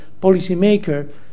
policymaker